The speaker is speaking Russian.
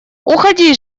уходи